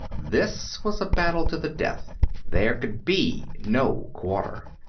this was a battle to the death there could be no quarter.